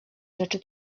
rzeczy